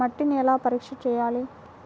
మట్టిని ఎలా పరీక్ష చేయాలి?